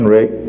Rick